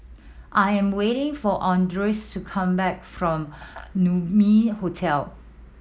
I am waiting for Andreas to come back from Naumi Hotel